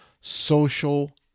social